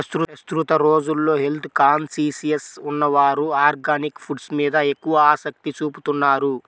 ప్రస్తుత రోజుల్లో health conscious ఉన్నవారు ఆర్గానిక్ ఫుడ్స్ మీద ఎక్కువ ఆసక్తి చూపుతున్నారు